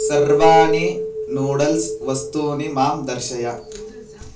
सर्वाणि नूडल्स् वस्तूनि मां दर्शय